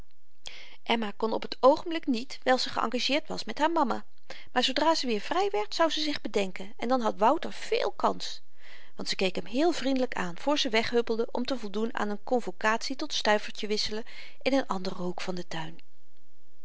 emma kon op t oogenblik niet wyl ze geëngageerd was met haar mama maar zoodra ze weer vry werd zou ze zich bedenken en dan had wouter veel kans want ze keek hem heel vriendelyk aan voor ze weghuppelde om te voldoen aan n konvokatie tot stuivertje wisselen in n anderen hoek van den tuin